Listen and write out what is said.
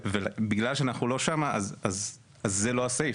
ובגלל שאנחנו לא שם, אז זה לא הסעיף.